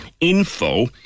info